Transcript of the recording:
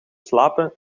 slapen